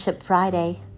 Friday